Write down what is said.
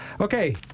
Okay